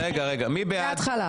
רגע, מי בעד?